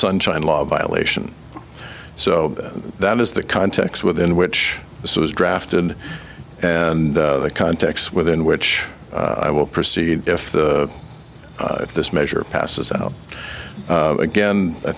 sunshine law violation so that is the context within which this was drafted and the context within which i will proceed if the if this measure passes out again i